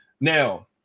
now